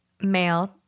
male